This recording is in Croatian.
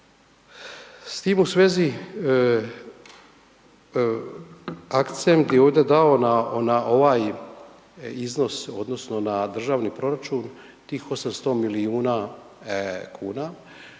S tim u svezi, akcent bi ovdje dao na ovaj iznos odnosno na državni proračun tih 800 milijuna kuna,